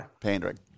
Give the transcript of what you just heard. pandering